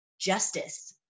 justice